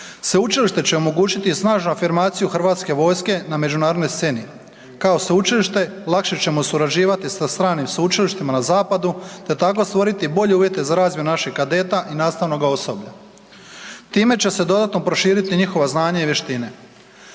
Sveučilište će omogućiti snažnu afirmaciju HV-a na međunarodnoj sceni. Kao sveučilište, lakše ćemo surađivati sa stranim sveučilištima na zapadu te tako stvoriti bolje uvjete za razvoj naših kadeta i nastavnog osoblja. Time će se dodatno proširiti njihova znanja i vještine.